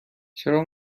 چرا